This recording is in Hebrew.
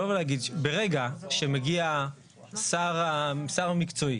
ברגע שמגיע השר המקצועי